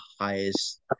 highest